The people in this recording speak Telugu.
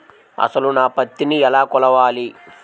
అసలు నా పత్తిని ఎలా కొలవాలి?